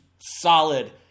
solid